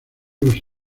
los